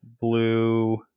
blue